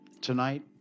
Tonight